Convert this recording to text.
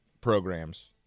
programs